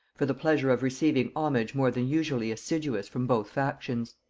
for the pleasure of receiving homage more than usually assiduous from both factions.